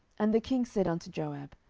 and the king said unto joab,